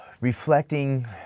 Reflecting